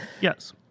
Yes